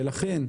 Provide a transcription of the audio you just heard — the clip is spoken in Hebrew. ולכן,